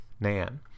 Nan